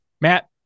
Matt